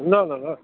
ल ल ल